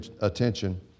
attention